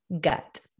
gut